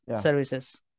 services